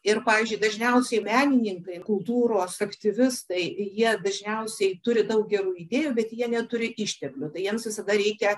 ir pavyzdžiui dažniausiai menininkai kultūros aktyvistai jie dažniausiai turi daug gerų idėjų bet jie neturi išteklių tai jiems visada reikia